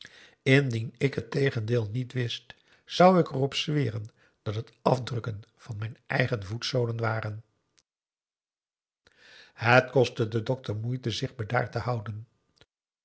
indien ik het tegendeel niet wist zou ik er op zweren dat het afdrukken van mijn eigen voetzolen waren het kostte den dokter moeite zich bedaard te houden